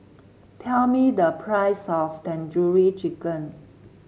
tell me the price of Tandoori Chicken